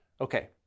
Okay